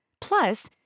Plus